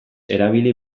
erabili